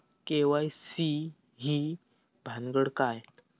KYC ही भानगड काय?